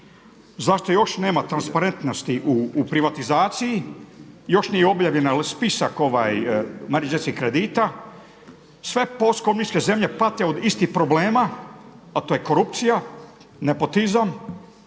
zašto još nema transparentnosti u privatizaciji? Još nije objavljen spisak … kredita, sve post komunističke zemlje pate od istih problema, a to je korupcija, nepotizam